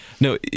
No